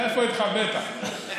איפה התחבאת?